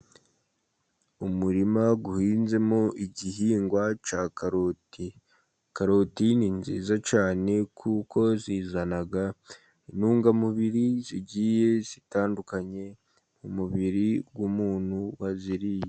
Umurima uhinzemo igihingwa cya karoti, karoti nziza cyane. Kuko zizana intungamubiri zigiye zitandukanye, mu mubiri w'umuntu waziriye.